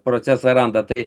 procesą randa tai